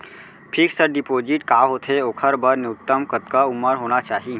Fix deposit का होथे ओखर बर न्यूनतम कतका उमर होना चाहि?